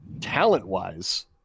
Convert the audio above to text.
talent-wise